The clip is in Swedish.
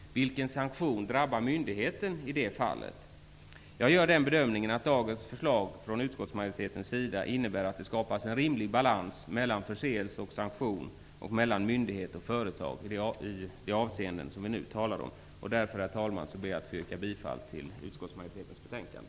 Vilken sanktion drabbar myndigheten i dessa fall? Jag gör den bedömningen att dagens förslag från utskottet innebär att det skapas en rimlig balans mellan förseelse och sanktion samt mellan myndighet och företag i det avseende som vi nu talar om. Därför, herr talman, yrkar jag bifall till hemställan i utskottets betänkande.